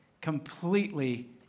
completely